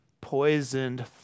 poisoned